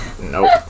Nope